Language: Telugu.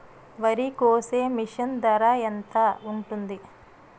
వరి కోసే మిషన్ ధర ఎంత ఉంటుంది?